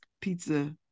pizza